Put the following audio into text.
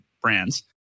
brands